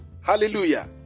Hallelujah